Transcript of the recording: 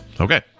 Okay